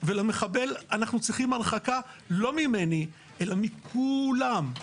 ולמחבל אנחנו צריכים הרחקה לא ממני, אלא מכולם.